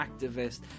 activist